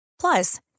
Plus